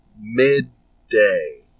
midday